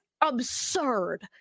absurd